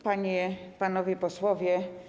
Panie i Panowie Posłowie!